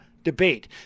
Debate